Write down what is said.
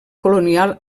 colonial